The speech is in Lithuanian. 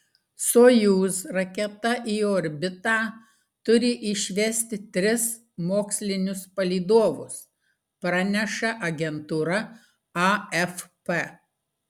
sojuz raketa į orbitą turi išvesti tris mokslinius palydovus praneša agentūra afp